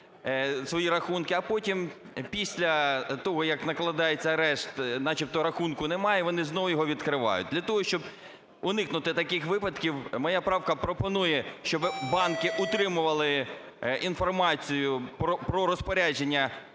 свої рахунки, а потім після того, як накладається арешт, начебто рахунку немає і вони знову його відкривають. Для того, щоб уникнути таких випадків, моя правка пропонує, щоби банки утримували інформацію про розпорядження